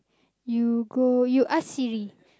you go you ask Siri